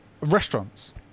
restaurants